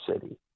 city